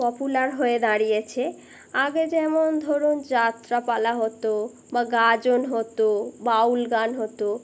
popular হয়ে দাঁড়িয়েছে আগে যেমন ধরুন যাত্রাপালা হতো বা গাজন হতো বাউল গান হতো